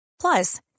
Plus